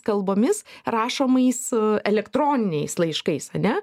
kalbomis rašomais elektroniniais laiškais ane